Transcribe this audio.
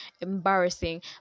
embarrassing